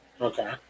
Okay